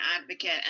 advocate